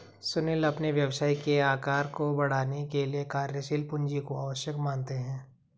सुनील अपने व्यवसाय के आकार को बढ़ाने के लिए कार्यशील पूंजी को आवश्यक मानते हैं